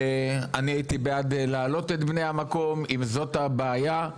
אני הייתי בעד לעלות את בני המקום, אם זאת הבעיה.